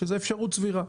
שזאת אפשרות סבירה.